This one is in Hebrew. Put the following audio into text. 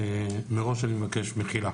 מראש אני מבקש מחילה.